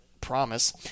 promise